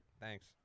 Thanks